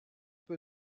peu